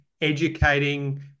educating